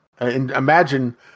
Imagine